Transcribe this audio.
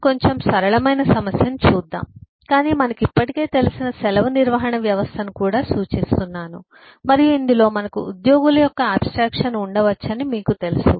మనం కొంచెం సరళమైన సమస్యను చూద్దాం కాని మనకు ఇప్పటికే తెలిసిన సెలవు నిర్వహణ వ్యవస్థను కూడా సూచిస్తున్నాను మరియు ఇందులో మనకు ఉద్యోగుల యొక్క ఆబ్స్ట్రాక్షన్ ఉండవచ్చని మీకు తెలుసు